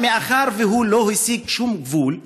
אבל מאחר שהוא לא הסיג שום גבול,